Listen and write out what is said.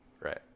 Right